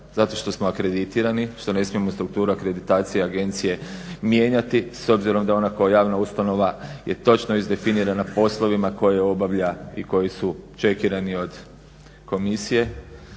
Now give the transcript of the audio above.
Zato što smo akreditirani, što ne smijemo strukturu akreditacije agencije mijenjati s obzirom da ona kao javna ustanova je točno izdefinirana poslovima koje obavlja i koji su čekirani od komisije.